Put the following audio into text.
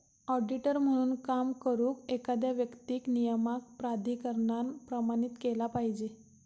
auditor म्हणून काम करुक, एखाद्या व्यक्तीक नियामक प्राधिकरणान प्रमाणित केला पाहिजे